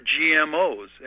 GMOs